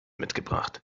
mitgebracht